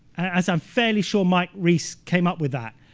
as i'm fairly sure mike reiss came up with that,